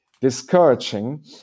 discouraging